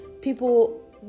People